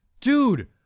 Dude